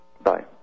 Bye